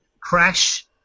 crash